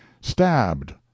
stabbed